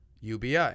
UBI